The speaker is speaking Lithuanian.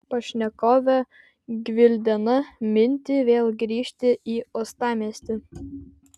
pašnekovė gvildena mintį vėl grįžti į uostamiestį